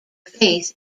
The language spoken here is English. faith